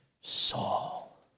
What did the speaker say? Saul